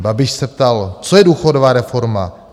Babiš se ptal co je důchodová reforma?